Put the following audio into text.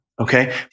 okay